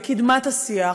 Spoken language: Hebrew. בקדמת השיח,